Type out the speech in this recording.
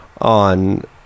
on